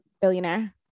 billionaire